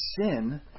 sin